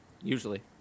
usually